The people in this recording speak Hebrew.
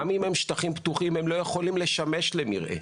גם אם הם שטחים פתוחים הם לא יכולים לשמש למרעה.